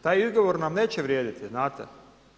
Taj izgovor nam neće vrijediti, znate.